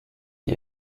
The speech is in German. die